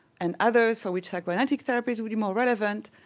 and others for which psychoanalytic therapies would be more relevant,